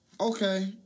Okay